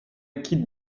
quittent